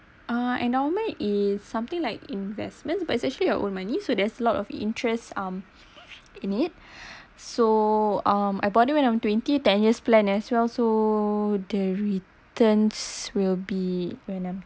uh endowment is something like investments but it's actually your own money so there's lot of interest um in it so um I bought it when I'm twenty ten years plan as well so the returns will be when I'm